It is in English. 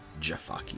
Jafaki